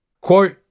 Quote